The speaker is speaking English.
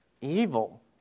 evil